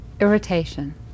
irritation